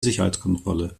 sicherheitskontrolle